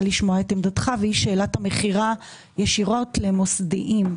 לשמוע את עמדתך והיא שאלת המכירה ישירות למוסדיים.